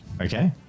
okay